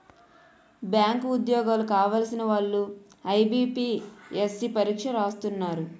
bank ఉద్యోగాలు కావలసిన వాళ్లు ఐబీపీఎస్సీ పరీక్ష రాస్తున్నారు